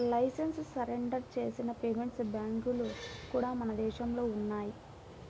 licence surrender చేసిన payment బ్యాంక్లు కూడా మన దేశంలో ఉన్నయ్యి